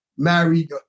married